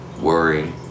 Worry